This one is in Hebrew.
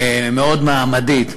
מאוד מעמדית,